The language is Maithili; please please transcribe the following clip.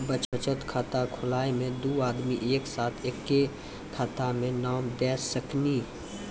बचत खाता खुलाए मे दू आदमी एक साथ एके खाता मे नाम दे सकी नी?